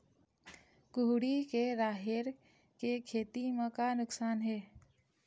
कुहड़ी के राहेर के खेती म का नुकसान हे?